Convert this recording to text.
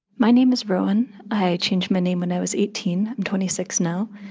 my name is rowan. i change my name when i was eighteen. i'm twenty six now.